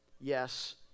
Yes